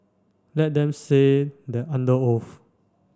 let them say that under oath